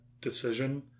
decision